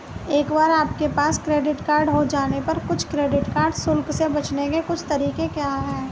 एक बार आपके पास क्रेडिट कार्ड हो जाने पर कुछ क्रेडिट कार्ड शुल्क से बचने के कुछ तरीके क्या हैं?